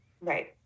Right